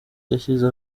yashyize